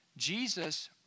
Jesus